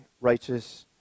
righteous